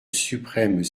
suprêmes